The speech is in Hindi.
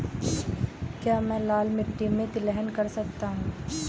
क्या मैं लाल मिट्टी में तिलहन कर सकता हूँ?